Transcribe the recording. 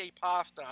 pasta